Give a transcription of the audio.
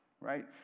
right